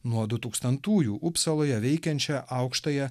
nuo du tūkstantųjų upsaloje veikiančią aukštąją